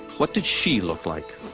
what did she look like?